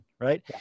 right